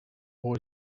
boy